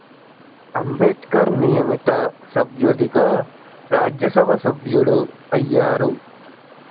అంబేద్కర్ నియమిత సభ్యుడిగా రాజ్యసభ సభ్యుడు అయ్యారు